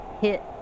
hit